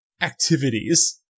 activities